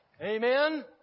Amen